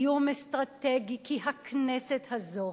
היא איום אסטרטגי, כי הכנסת הזאת,